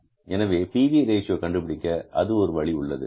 எனவே P V ratio PV Ratio கண்டுபிடிக்க அது ஒரு வழி உள்ளது